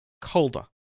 colder